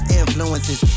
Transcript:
influences